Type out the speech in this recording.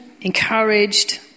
encouraged